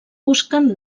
busquen